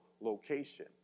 location